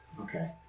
Okay